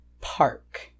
park